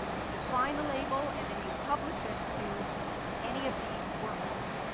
you define a label and then you publish it to any of these workloads.